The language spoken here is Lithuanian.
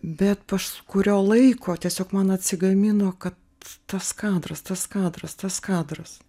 bet pas kurio laiko tiesiog man atsigamino kad tas kadras tas kadras tas kadras